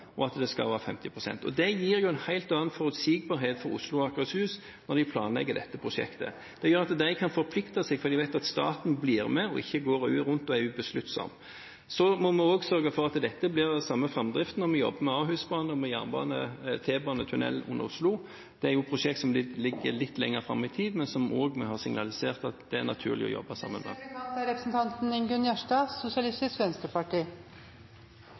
og at det skal være 50 pst. Det gir jo en helt annen forutsigbarhet for Oslo og Akershus når de planlegger dette prosjektet. Det gjør at de kan forplikte seg, for de vet at staten blir med og ikke går rundt og er ubesluttsom. Så må vi også sørge for at dette blir den samme framdriften, og vi jobber med Ahusbanen og med T-banetunnel under Oslo. Det er prosjekter som ligger litt lenger fram i tid, men som vi også har signalisert at det er naturlig å jobbe sammen om. Nyleg valde Oslos borgarar bort 18 år med